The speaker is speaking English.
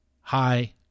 Hi